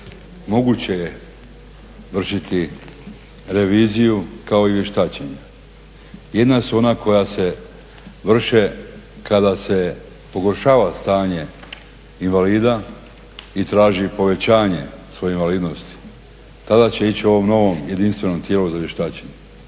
moguće je vršiti reviziju kao i vještačenje. Jedna su ona koja se vrše kada se pogoršava stanje invalida i traži povećanje svoje invalidnosti, tada će ići ovom novom jedinstvenom tijelu za vještačenje.